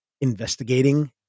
investigating